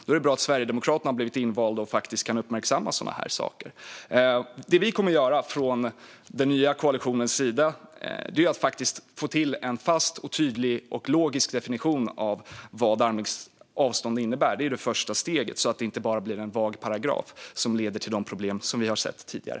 Då är det bra att Sverigedemokraterna har blivit invalda och kan uppmärksamma sådana saker. Det vi kommer att göra från den nya koalitionens sida är att faktiskt få till en fast, tydlig och logisk definition av en armlängds avstånd. Det är det första steget, så att det inte bara blir en vag paragraf som leder till de problem som vi har sett tidigare.